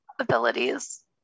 abilities